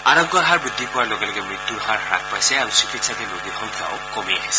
আৰোগ্যৰ হাৰ বৃদ্ধি পোৱাৰ লগে লগে মৃত্যুৰ হাৰ হ্ৰাস পাইছে আৰু চিকিৎসাধীন ৰোগীৰ সংখ্যাও কমি আহিছে